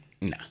No